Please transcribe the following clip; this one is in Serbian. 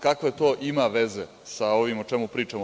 Kakve to ima veze sa ovim o čemu pričamo?